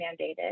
mandated